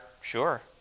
sure